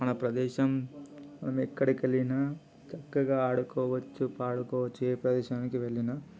మన ప్రదేశం మనం ఎక్కడకెళ్ళిన చక్కగా ఆడుకోవచ్చు పాడుకోవచ్చు ఏ ప్రదేశానికి వెళ్ళిన